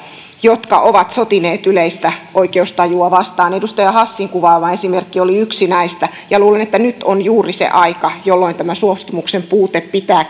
jotka ovat sotineet yleistä oikeustajua vastaan edustaja hassin kuvaama esimerkki oli yksi näistä luulen että nyt on juuri se aika jolloin tämä suostumuksen puute pitää